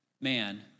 man